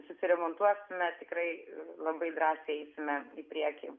susiremontuosime tikrai labai drąsiai eisime į priekį